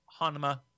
Hanuma